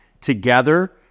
together